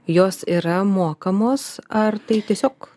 jos yra mokamos ar tai tiesiog